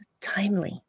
timely